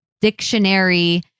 dictionary